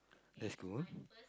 that's good